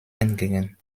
entgegen